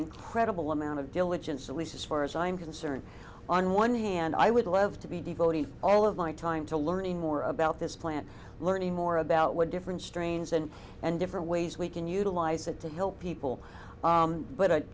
incredible amount of diligence at least as far as i'm concerned on one hand i would love to be devoting all of my time to learning more about this plant learning more about what different strains and and different ways we can utilize it to help people but a